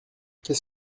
qu’est